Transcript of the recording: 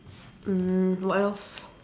mm what else